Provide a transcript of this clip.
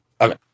Okay